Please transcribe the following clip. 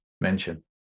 mention